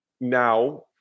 now